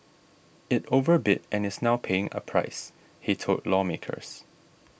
it overbid and is now paying a price he told lawmakers